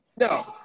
No